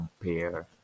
compare